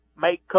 Make